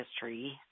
history